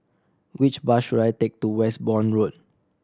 which bus should I take to Westbourne Road